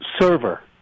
server